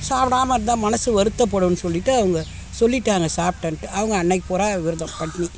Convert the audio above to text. சாப்பிடாம இருந்தால் மனசு வருத்தப்படும்னு சொல்லிட்டு அவங்க சொல்லிட்டாங்கள் சாப்பிட்டேன்ட்டு அவங்க அன்னைக்கு பூரா விரதம் பட்டினி